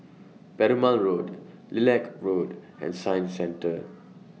Perumal Road Lilac Road and Science Centre